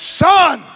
son